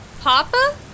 Papa